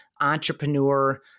Entrepreneur